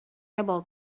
able